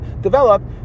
developed